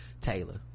taylor